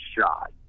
shot